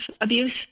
abuse